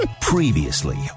Previously